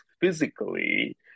physically